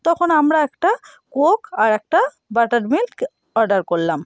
তখন আমরা একটা কোক আর একটা বাটার মিল্ক অর্ডার করলাম